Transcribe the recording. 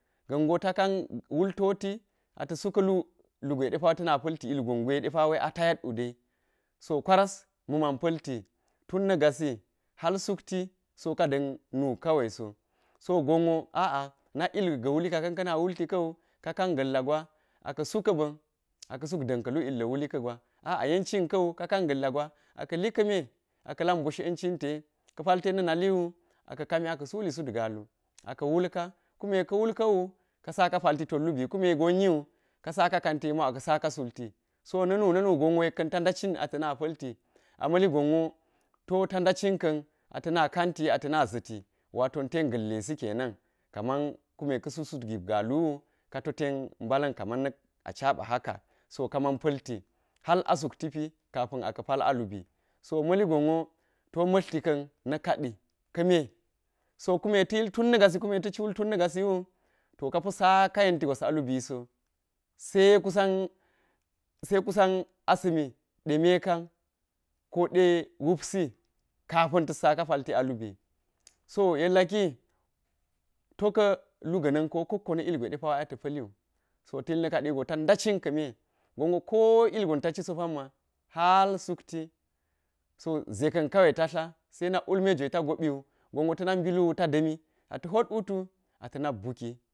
Gango takan wul tofi, ata̱su ka̱lu lugwe depa̱ ta̱na̱ pa̱lti ilgwon gweɗepa̱wa̱ a ta̱na̱t uɗe. so gonwo a'a, nak illa wulika ka̱n ka̱na̱ wulti ka̱u, ka kan ga̱lla gwa aka̱ su ka̱ ba̱n, aka̱ suk ɗan ka̱lu illa wuli kagwa, a'a tencin ka̱u, ka̱ka̱n ga̱lla̱ gwa akali ka̱me aka̱la̱k bash yencinte, ka̱ pa̱ltet na̱ na̱liu a̱ka̱ ka̱mi aka̱ suli sut galu aka̱ wulka. Kunue ka̱wulka̱wu, aka̱ saka pa̱lti tot lubi, kune gon niwu aka̱ sa̱ka̱ kanti yek ma̱u aka̱ sa̱ka sulti, sa na̱ nu na̱ nu gonwu yekka̱n ta̱ ɗacin ata̱na palti, a ma̱li gonwo to ta̱ɗa̱cin ka̱n ata̱na̱ ka̱nti ata̱na̱ za̱ti wa̱to ten ga̱llesi kenan. Ka̱ma̱n kune ka̱ susut galuwu totet ba̱la̱n ka̱ma̱n acha̱ba̱ haka. So kamaan palti, har a suktipi kapan aka̱ pa̱l a lubi. So ma̱li gonwo to mla̱rti ka̱nna ka̱di ka̱ mhe. So kunne ta̱til tunna̱ gasi, kunne ta̱ci wul tunna̱ gasiwu tu kaha saka yenti gwas a ubiso, sai kwan sai kwan asa̱me demeka̱n, kode wupsi kapa̱n tas saka pa̱lti a lubi, so yella̱ki toka̱ luga̱nna̱n paliwu, to ta̱yil na ka̱diwu ta̱ da̱nan ka̱ me, gonwo ko ilgon ta̱ciso pa̱nma̱ har sukti, sozeka̱n kawai ta ta, sai na̱k wul me gwe ta gopiu, gonwo ta̱na̱k bi luwu ta̱na̱k dami a̱ta̱ hot utu ata̱na̱k buki.